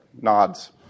nods